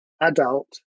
adult